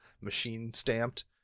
machine-stamped